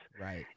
Right